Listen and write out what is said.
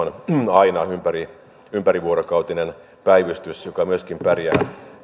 hätäkeskuksissa on aina ympärivuorokautinen päivystys joka myöskin pärjää